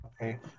Okay